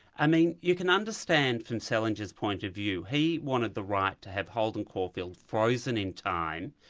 i mean you can understand from salinger's point of view. he wanted the right to have holden caulfield frozen in time,